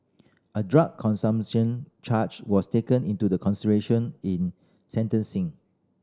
a drug consumption charge was taken into the consideration in sentencing